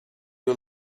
you